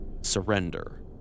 surrender